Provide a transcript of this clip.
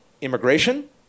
Immigration